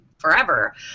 forever